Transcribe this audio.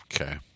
Okay